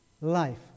life